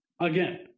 Again